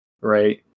right